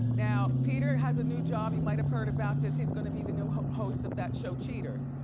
now, peter has a new job, you might've heard about this. he's gonna be the new host of that show cheaters.